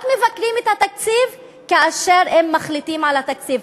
רק מבקרים את התקציב כאשר הם מחליטים על התקציב,